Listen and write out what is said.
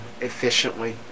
Efficiently